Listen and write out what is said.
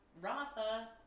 Rafa